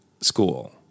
school